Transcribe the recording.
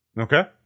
Okay